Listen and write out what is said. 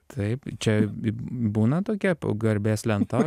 taip čia būna tokia p garbės lentoj